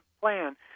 plan